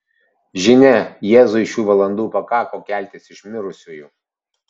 žinia jėzui šių valandų pakako keltis iš mirusiųjų